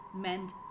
meant